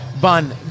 bun